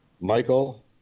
Michael